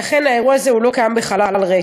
האירוע הזה לא קרה בחלל ריק.